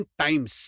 times